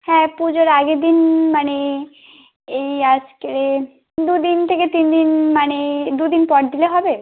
হ্যাঁ পুজোর আগের দিন মানে এই আজকে দু দিন থেকে তিন দিন মানে দুদিন পর দিলে হবে